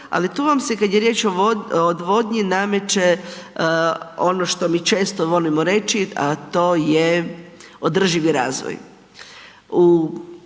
ali tu vas se kad je riječ o odvodnji nameće ono što mi često volimo reći, a to je održivi razvoj.